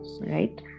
right